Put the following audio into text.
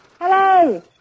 Hello